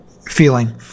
feeling